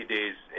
Days